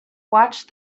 watch